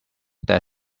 that